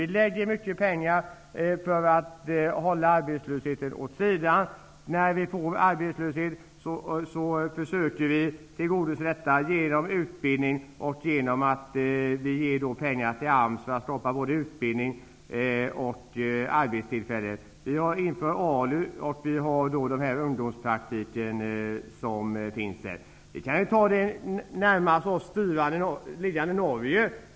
Vi lägger mycket pengar på att hålla arbetslösheten åt sidan. När vi får arbetslöshet försöker vi råda bot på den genom utbildning och genom att ge pengar till AMS för att skapa både utbildning och arbetstillfällen. Vi har infört ALU och det finns ungdomspraktikplatser. Vi kan ta ett exempel från det närmast oss liggande landet, Norge.